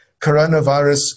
coronavirus